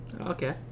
Okay